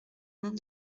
mont